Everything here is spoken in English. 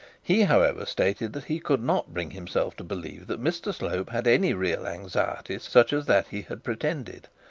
he, however, stated that he could not bring himself to believe that mr slope had any real anxiety such as that he had pretended.